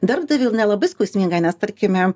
darbdaviui ir nelabai skausminga nes tarkime